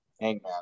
Hangman